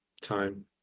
time